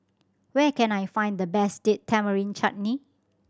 where can I find the best Date Tamarind Chutney